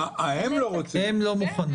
הם לא רוצים.